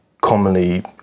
commonly